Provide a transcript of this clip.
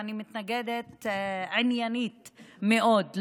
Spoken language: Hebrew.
ואני מתנגדת עניינית מאוד,